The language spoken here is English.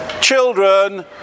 children